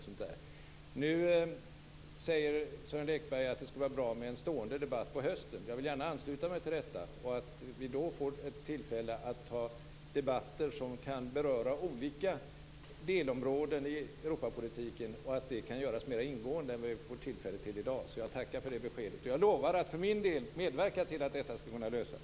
Sören Lekberg sade att det skulle vara bra med en stående debatt på hösten. Jag vill gärna ansluta mig till detta. Då skulle vi få tillfälle att föra debatter som berör olika delområden i Europapolitiken mera ingående än vad vi får tillfälle till i dag. Så jag tackar för det beskedet. Jag lovar för min del att medverka till att detta ska kunna lösas.